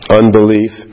unbelief